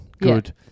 good